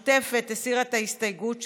המשותפת הסירה את ההסתייגות שלה,